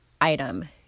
item